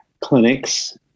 clinics